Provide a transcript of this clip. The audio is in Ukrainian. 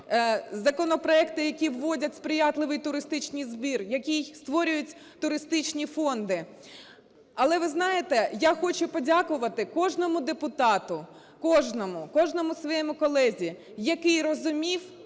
законопроекти, які вводять сприятливий туристичний збір, які створюють туристичні фонди. Але, ви знаєте, я хочу подякувати кожному депутату, кожному, кожному своєму колезі, який розумів